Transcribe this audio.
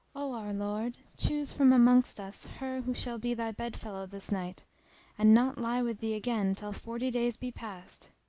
o our lord, choose from amongst us her who shall be thy bed-fellow this night and not lie with thee again till forty days be past.